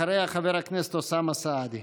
אחריה, חבר הכנסת אוסאמה סעדי.